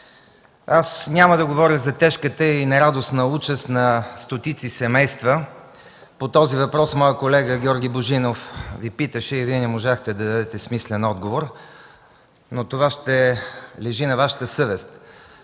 Няма да говоря за тежката и нерадостна участ на стотици семейства. По този въпрос моят колега Георги Божинов Ви питаше и Вие не можахте да дадете смислен отговор, но това ще лежи на Вашата съвест.